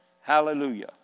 Hallelujah